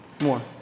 More